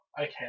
Okay